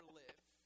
live